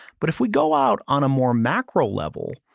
but if we go out on a more macro level,